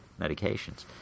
medications